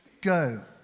go